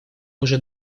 уже